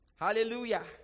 Hallelujah